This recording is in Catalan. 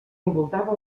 envoltava